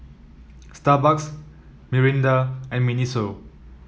Starbucks Mirinda and Miniso